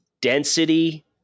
density